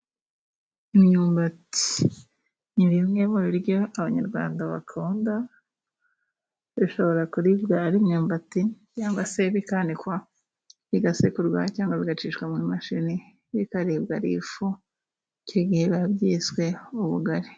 Imyumbati ni bimwe mu biryo abanyarwanda bakunda, bishobora kuribwa ari imyumbati cyangwa se bikanikwa, bigasekurwa cyangwa bigacishwa mu mashini bikaribwa ari ifu, icyo gihe biba byiswe ubugari.